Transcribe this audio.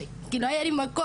כי לא היה לי מקום.